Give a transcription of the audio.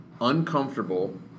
uncomfortable